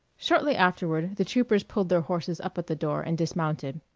shortly afterward, the troopers pulled their horses up at the door, and dismounted.